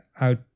out